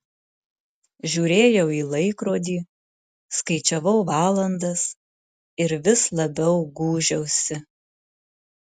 žiūrėjau į laikrodį skaičiavau valandas ir vis labiau gūžiausi